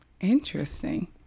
Interesting